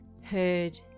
heard